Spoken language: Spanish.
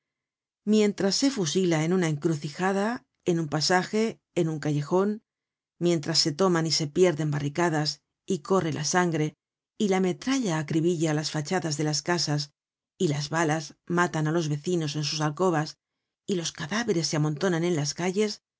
mientras se fusila en una encrucijada en un pasaje en un callejon mientras se toman y se pierden barricadas y corre la sangre y la metralla acribilla las fachadas de las casas y las balas matan á los vecinos en sus alcobas y los cadáveres se amontonan en las calles